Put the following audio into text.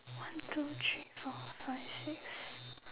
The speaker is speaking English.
one two three four five six